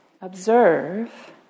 Observe